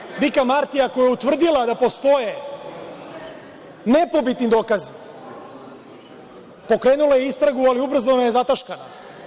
Komisija Dika Martija, koja je utvrdila da postoje nepobitni dokazi, pokrenula je istragu, ali ubrzo je zataškana.